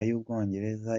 y’ubwongereza